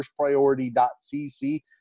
firstpriority.cc